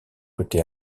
côté